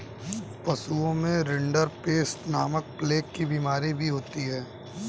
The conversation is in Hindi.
पशुओं में रिंडरपेस्ट नामक प्लेग की बिमारी भी होती है